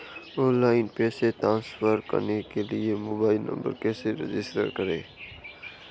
Online पैसे transfer करने के लिए मोबाइल नंबर कैसे रजिस्टर करें?